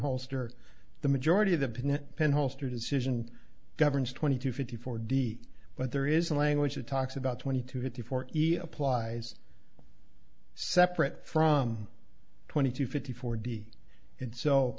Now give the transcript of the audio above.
holster the majority of the penn holster decision governs twenty two fifty four d but there is a language that talks about twenty two fifty four applies separate from twenty to fifty four d and so